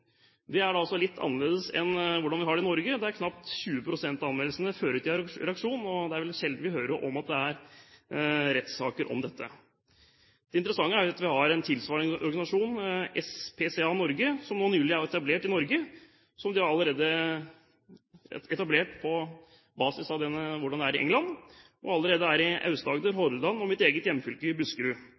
Det er altså litt annerledes enn i Norge, der knapt 20 pst. av anmeldelsene fører til reaksjon, og det er vel sjelden vi hører om at det er rettssaker om dette. Det interessante er at vi har en tilsvarende organisasjon, SPCA Norge, som nylig har blitt etablert her. Den er etablert på basis av hvordan det er i England, og er allerede i Aust-Agder, Hordaland og i mitt eget hjemfylke, Buskerud.